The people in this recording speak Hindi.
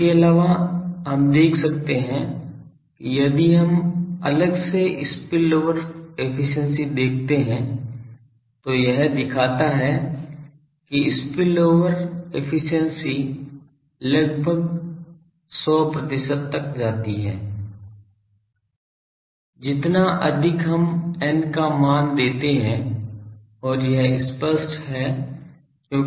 इसके अलावा हम देख सकते हैं कि यदि हम अलग से स्पिलओवर एफिशिएंसी देखते हैं तो यह दिखाता है कि स्पिलओवर एफिशिएंसी लगभग 100 प्रतिशत तक जाती है जितना अधिक हम n का मान देते हैं और यह स्पष्ट है क्योंकि n क्या है